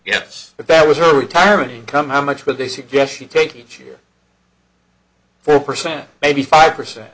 but that was a retirement income how much would they suggest you take each year four percent maybe five percent